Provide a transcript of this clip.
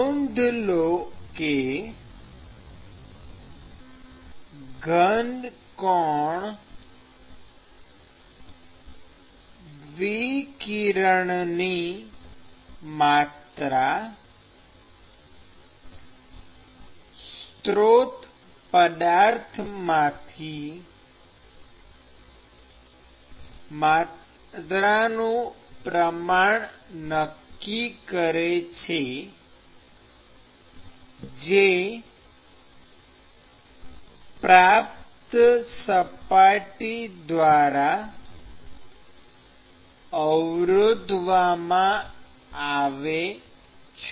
નોંધ લો કે ઘનકોણ વિકિરણની માત્રા સ્ત્રોત પદાર્થમાંથી નું પ્રમાણ નક્કી કરે છે જે પ્રાપ્ત સપાટી દ્વારા અવરોધવામાં આવે છે